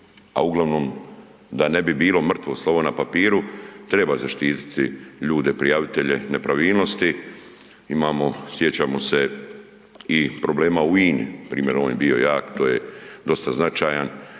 uglavnom da ne bi bilo mrtvo slovo na papiru treba zaštititi ljude prijavitelje nepravilnosti. Imamo, sjećamo se i problema u INA-i. Primjer, on je bio jak, to je dosta značajan,